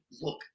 look